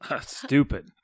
Stupid